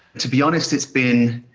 to be honest, it's been